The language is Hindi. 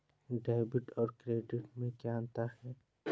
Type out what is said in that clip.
डेबिट और क्रेडिट में क्या अंतर है?